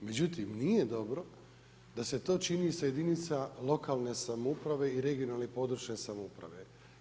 Međutim, nije dobro da se to čini sa jedinicama lokalne samouprave i regionalne (područne) samouprave.